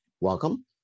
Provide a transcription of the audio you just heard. Welcome